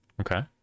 okay